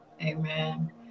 Amen